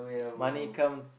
money come